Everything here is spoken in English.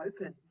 open